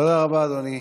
תודה רבה, אדוני.